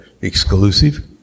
exclusive